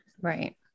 right